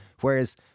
Whereas